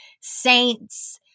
saints